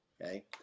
Okay